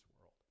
world